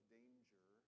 danger